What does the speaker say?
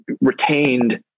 retained